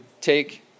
take